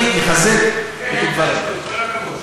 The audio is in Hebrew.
אני מחזק את דבריה.